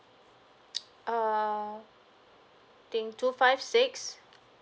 err think two five six